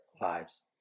lives